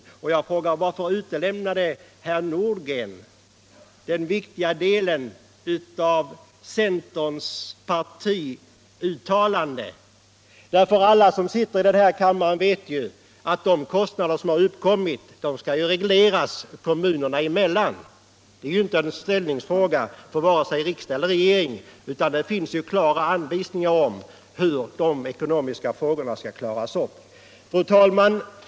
Jag frågar: Varför utelämnar herr Nordgren den viktiga delen av centerns partiuttalande? Alla som sitter i den här kammaren vet ju att de kostnader som uppkommit skall regleras kommunerna emellan. Det är ju inte en beställningsfråga för vare sig riksdag eller regering, utan där finns klara anvisningar om hur de ekonomiska frågorna skall klaras upp. Fru talman!